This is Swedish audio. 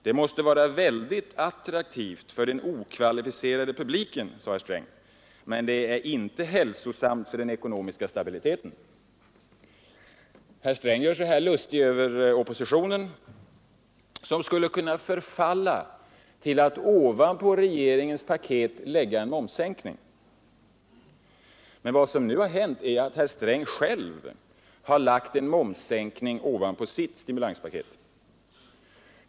Det måste vara väldigt attraktivt för den okvalificerade publiken, men det är inte hälsosamt för den ekonomiska stabiliteten.” Herr Sträng gör sig här lustig över oppositionen, som skulle kunna förfalla till att ovanpå regeringens paket lägga en momssänkning. Men vad som nu har hänt är att herr Sträng själv har lagt en momssänkning ovanpå sitt stimulanspaket.